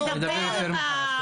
אני אדבר מאוחר יותר.